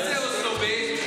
מה זה אוסלו ב'?